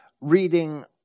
Reading